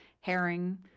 herring